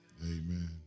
Amen